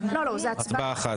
לא, זו הצבעה אחת.